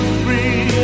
free